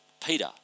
Peter